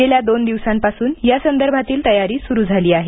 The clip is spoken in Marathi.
गेल्या दोन दिवसांपासून या संदर्भातील तयारी सुरू झाली आहे